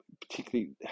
particularly